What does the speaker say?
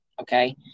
Okay